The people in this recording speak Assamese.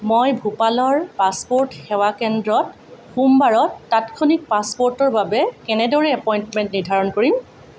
মই ভূপালৰ পাছপ'ৰ্ট সেৱা কেন্দ্ৰত সোমবাৰত তাৎক্ষণিক পাছপ'ৰ্টৰ বাবে কেনেদৰে এপইণ্টমেণ্ট নিৰ্ধাৰণ কৰিম